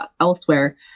elsewhere